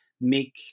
make